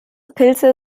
pilze